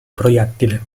proiettile